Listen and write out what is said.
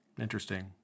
interesting